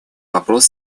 вопрос